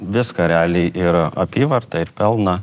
viską realiai ir apyvartą ir pelną